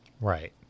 Right